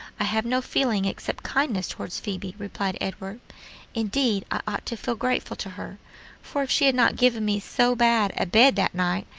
i have no feeling except kindness toward phoebe, replied edward indeed i ought to feel grateful to her for if she had not given me so bad a bed that night,